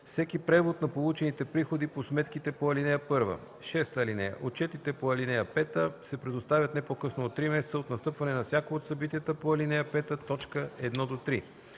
всеки превод на получените приходи по сметките по ал. 1. (6) Отчетите по ал. 5 се предоставят не по-късно от 3 месеца от настъпване на всяко от събитията по ал. 5, т. 1-3.